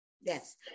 yes